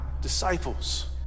disciples